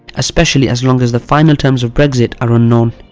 especially as long as the final terms of brexit are unknown.